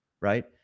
Right